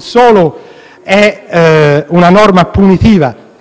solo di una norma punitiva